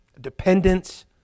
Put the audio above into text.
dependence